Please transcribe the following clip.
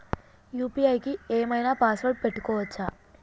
UPI కి ఏం ఐనా పాస్వర్డ్ పెట్టుకోవచ్చా?